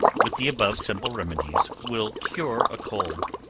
with the above simple remedies, will cure a cold,